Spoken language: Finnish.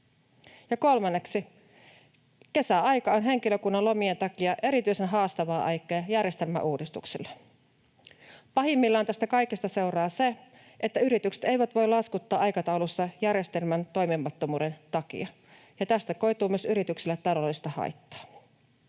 Kolmanneksi kesäaika on henkilökunnan lomien takia erityisen haastava aika järjestelmän uudistukselle. Pahimmillaan tästä kaikesta seuraa se, että yritykset eivät voi laskuttaa aikataulussa järjestelmän toimimattomuuden takia, ja tästä koituu myös yritykselle taloudellista haittaa.